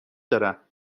دارم